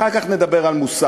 אחר כך נדבר על מוסר.